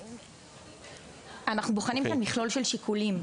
אנחנו בוחנים כאן מכלול של שיקולים.